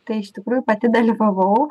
tai iš tikrųjų pati dalyvavau